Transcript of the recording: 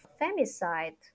femicide